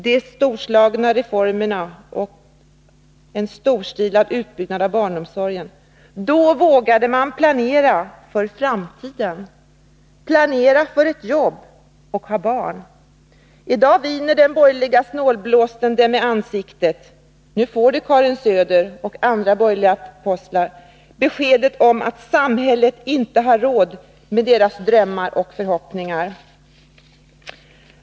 De ser tillbaka på storslagna reformer med en storstilad utbyggnad av barnomsorgen. Då vågade man planera för framtiden, planera för ett jobb och för att ha barn. I dag viner den borgerliga snålblåsten dem i ansiktet. Nu får de, Karin Söder och andra borgerliga apostlar, beskedet att samhället inte har råd med deras drömmar och förhoppningar.